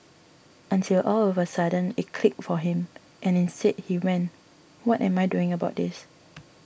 until all of a sudden it clicked for him and instead he went what am I doing about this